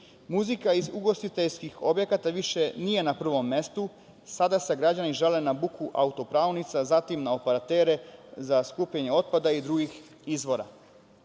Muzika iz ugostiteljskih objekata više nije na prvom mestu, sada se građani žale na buku auto-perionica, zatim na operatere za skupljanje otpada i drugih izvora. Svakako